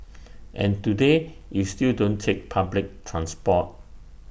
and today you still don't take public transport